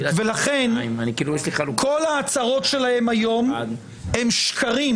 ולכן כל ההצהרות של נציגיהם היום הם שקרים